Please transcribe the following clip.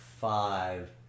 five